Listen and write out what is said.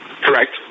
Correct